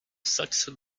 saxe